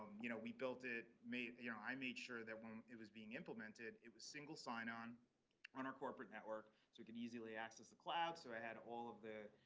you know, we built it, made you know, i made sure that when it was being implemented, it was single sign on on our corporate network so we could easily access the cloud. so i had all of the,